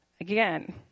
again